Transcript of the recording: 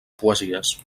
poesies